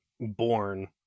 born